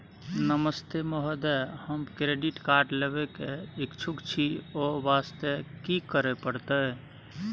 नमस्ते महोदय, हम credit card लेबे के इच्छुक छि ओ वास्ते की करै परतै?